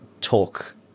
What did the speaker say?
talk